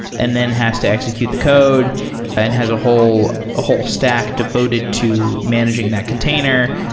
and then has to execute the code and has a whole ah whole stack devoted to managing that container.